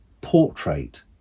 portrait